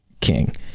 king